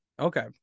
okay